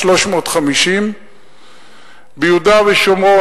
350. ביהודה ושומרון,